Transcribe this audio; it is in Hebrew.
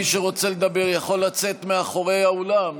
מי שרוצה לדבר יכול לצאת מאחורי האולם,